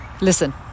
Listen